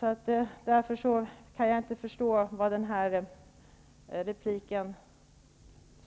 Därför kan jag inte förstå vad det här inlägget egentligen